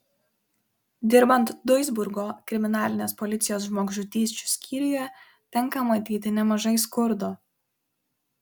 dirbant duisburgo kriminalinės policijos žmogžudysčių skyriuje tenka matyti nemažai skurdo